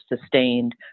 sustained